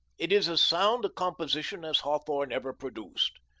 it is as sound a composition as hawthorne ever produced.